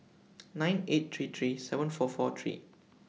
nine eight three three seven four four three